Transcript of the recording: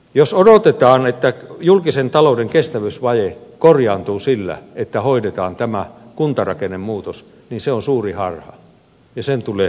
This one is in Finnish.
jos odotetaan että julkisen talouden kestävyysvaje korjaantuu sillä että hoidetaan tämä kuntarakennemuutos se on suuri harha ja sen tulee tulevaisuus osoittamaan